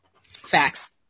Facts